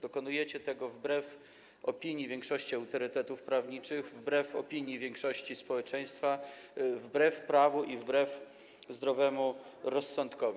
Dokonujecie tego wbrew opinii większości autorytetów prawniczych, wbrew opinii większości społeczeństwa, wbrew prawu i wbrew zdrowemu rozsądkowi.